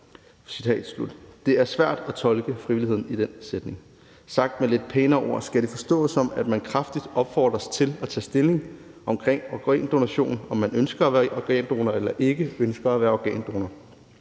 det sådan, at der er frivillighed i den sætning. Sagt med lidt pænere ord kan man spørge: Skal det forstås sådan, at man kraftigt opfordres til at tage stilling til organdonation, altså om man ønsker at være organdonor eller ikke ønsker at være organdonor?